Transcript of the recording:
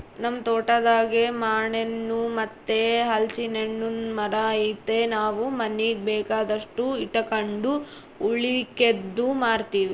ನಮ್ ತೋಟದಾಗೇ ಮಾನೆಣ್ಣು ಮತ್ತೆ ಹಲಿಸ್ನೆಣ್ಣುನ್ ಮರ ಐತೆ ನಾವು ಮನೀಗ್ ಬೇಕಾದಷ್ಟು ಇಟಗಂಡು ಉಳಿಕೇದ್ದು ಮಾರ್ತೀವಿ